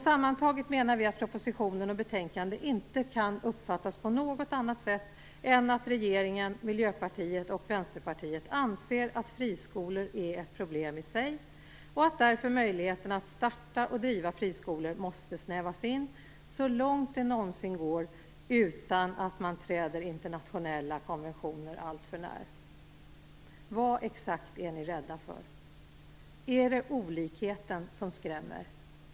Sammantaget menar vi att propositionen och betänkandet inte kan uppfattas på något annat sätt än att regeringen, Miljöpartiet och Vänsterpartiet anser att friskolor är ett problem i sig och att möjligheterna att starta och driva friskolor därför måste snävas in så långt det någonsin går utan att man träder internationella konventioner alltför när. Vad exakt är ni rädda för? Är det olikheten som skrämmer?